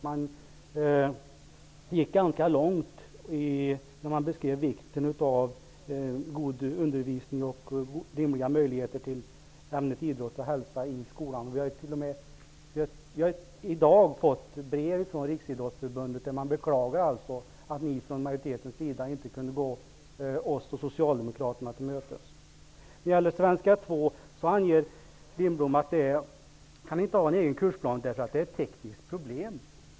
Man gick ganska långt när man beskrev vikten av god undervisning och rimliga möjligheter till ämnet idrott och hälsa i skolan. Jag har i dag fått ett brev från Riksidrottsförbundet där man beklagar att majoriteten inte kunde gå Vänsterpartiet och Christer Lindblom säger att han inte vill ha en egen kursplan för svenska 2, eftersom det skulle vara ett tekniskt problem.